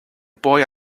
boy